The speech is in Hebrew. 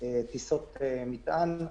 טיסות מטען,